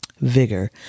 vigor